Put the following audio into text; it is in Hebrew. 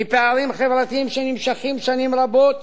כי פערים חברתיים שנמשכים שנים רבות